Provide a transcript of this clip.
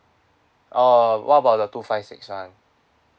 oh what about the two five six [one]